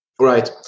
Right